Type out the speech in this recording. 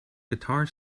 guitar